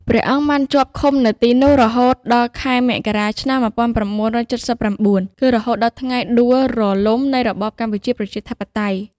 ព្រះអង្គបានជាប់ឃុំនៅទីនោះ រហូតដល់ខែមករា ឆ្នាំ១៩៧៩ គឺរហូតដល់ថ្ងៃដួលរលំនៃរបបកម្ពុជាប្រជាធិបតេយ្យ ។